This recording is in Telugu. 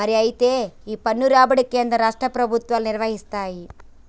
మరి అయితే ఈ పన్ను రాబడి కేంద్ర రాష్ట్ర ప్రభుత్వాలు నిర్వరిస్తాయి